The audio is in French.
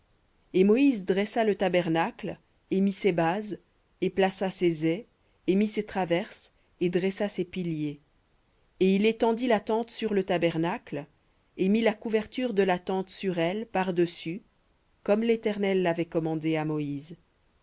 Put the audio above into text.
et moïse dressa le tabernacle et mit ses bases et plaça ses ais et mit ses traverses et dressa ses piliers et il étendit la tente sur le tabernacle et mit la couverture de la tente sur elle par-dessus comme l'éternel l'avait commandé à moïse